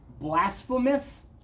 blasphemous